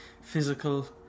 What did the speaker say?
physical